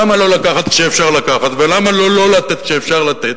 למה לא לקחת כשאפשר לקחת ולמה לא לא-לתת כשאפשר לתת?